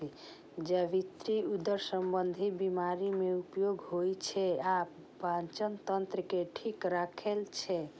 जावित्री उदर संबंधी बीमारी मे उपयोग होइ छै आ पाचन तंत्र के ठीक राखै छै